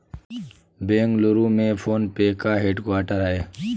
बेंगलुरु में PhonePe का headquarter हैं